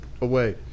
away